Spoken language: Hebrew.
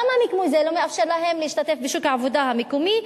זה לא מאפשר להשתתף בשוק העבודה המקומי,